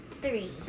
three